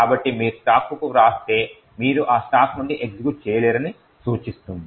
కాబట్టి మీరు స్టాక్కు వ్రాస్తే మీరు ఆ స్టాక్ నుండి ఎగ్జిక్యూట్ చేయలేరని సూచిస్తుంది